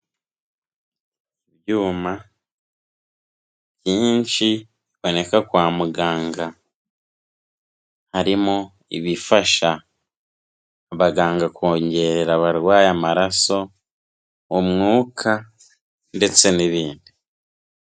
Ibyuma, byinshi biboneka kwa muganga, harimo ibifasha abaganga kongerera abarwayi amaraso, umwuka ndetse n'ibindi.